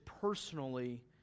personally